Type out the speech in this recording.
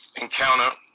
encounter